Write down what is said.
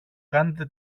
κάνετε